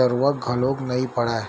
जरुरत घलोक नइ पड़य